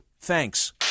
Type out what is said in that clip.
Thanks